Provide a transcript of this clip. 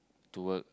to work